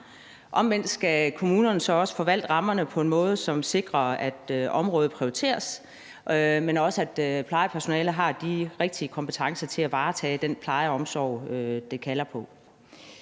omvendt skal kommunerne så også forvalte rammerne på en måde, som sikrer, at området prioriteres, men også at plejepersonalet har de rigtige kompetencer til at varetage den pleje og omsorg, det kalder på.